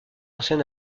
ancien